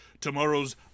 tomorrow's